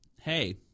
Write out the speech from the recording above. Hey